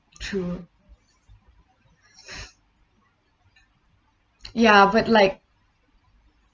true ya but like